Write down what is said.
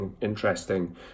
interesting